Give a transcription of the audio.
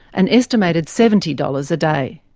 an estimated seventy dollars a day.